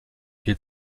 hielt